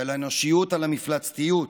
של האנושיות על המפלצתיות,